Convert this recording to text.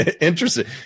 interesting